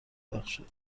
بخشد